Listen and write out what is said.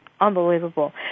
unbelievable